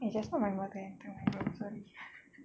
eh just now my mother enter my room sorry